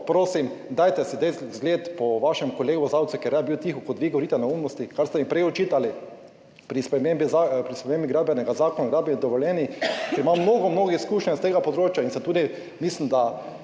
prosim, dajte si da zgled po vašem kolegu Zavcu, ker rad bil tiho, kot vi govorite neumnosti, kar ste mi prej očitali pri spremembi gradbenega zakona o gradbenih dovoljenjih, ki ima mnogo, mnogo izkušenj s tega področja in sem tudi, mislim, da